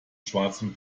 schwarzen